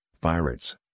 pirates